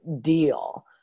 deal